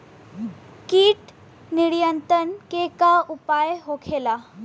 कीट नियंत्रण के का उपाय होखेला?